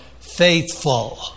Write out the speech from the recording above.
faithful